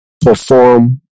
perform